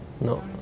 no